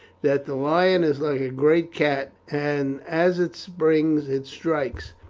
that the lion is like a great cat, and as it springs it strikes,